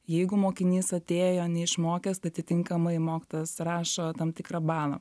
jeigu mokinys atėjo neišmokęs atitinkamai mokytojas rašo tam tikrą balą